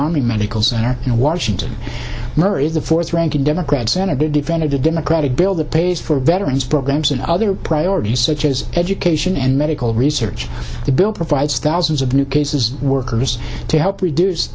army medical center in washington murray the fourth ranking democrat senator defended a democratic bill that pays for veterans programs and other priorities such as education and medical research the bill provides thousands of new cases workers to help reduce